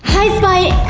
hi spy.